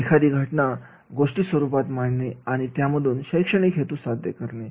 एखादी घटना गोष्टी स्वरूपात मांडणे आणि त्या मधून शैक्षणिक हेतू साध्य करणे